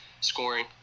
scoring